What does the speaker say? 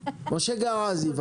גראזי,